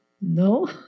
No